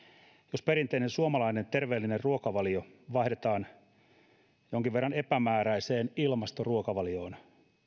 jos perinteinen suomalainen terveellinen ruokavalio vaihdetaan jonkin verran epämääräiseen ilmastoruokavalioon